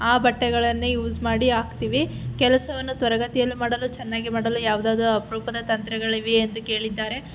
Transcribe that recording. ಆ ಬಟ್ಟೆಗಳನ್ನೇ ಯೂಸ್ ಮಾಡಿ ಹಾಕ್ತೀವಿ ಕೆಲಸವನ್ನು ತ್ವರ್ಗತಿಯಲ್ ಮಾಡಲು ಚೆನ್ನಾಗಿ ಮಾಡಲು ಯಾವುದಾದ್ರೂ ಅಪರೂಪದ ತಂತ್ರಗಳಿವೆಯೇ ಎಂದು ಕೇಳಿದ್ದಾರೆ